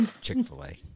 Chick-fil-A